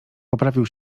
poprawił